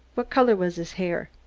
what color was his hair?